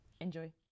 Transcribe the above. Enjoy